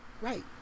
right